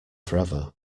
forever